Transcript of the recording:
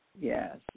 Yes